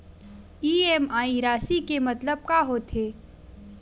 EMI राशि के मतलब का होथे?